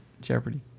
Jeopardy